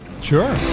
Sure